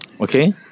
Okay